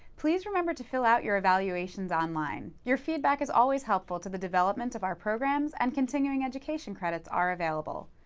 please remember to fill out your evaluations online. your feedback is always helpful to the development of our programs and continuing education credits are available.